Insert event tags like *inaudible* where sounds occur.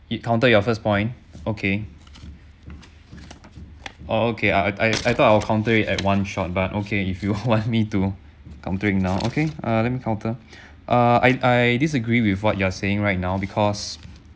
you counter your first point okay o~ okay I I thought I will counter it at one shot but okay if you *laughs* want me to countering now okay uh let me counter uh I I disagree with what you're saying right now because